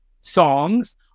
songs